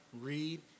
read